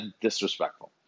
disrespectful